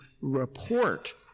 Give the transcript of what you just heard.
report